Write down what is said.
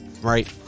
right